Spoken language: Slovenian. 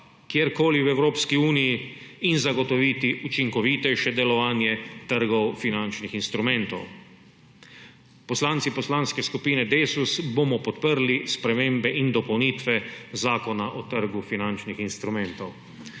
kjerkoli v Evropski uniji in zagotoviti učinkovitejše delovanje trgov finančnih instrumentov. Poslanci Poslanske skupine Desus bomo podprli spremembe in dopolnitve Zakona o trgu finančnih instrumentov.